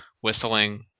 whistling